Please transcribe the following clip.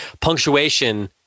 punctuation